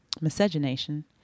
miscegenation